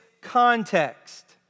context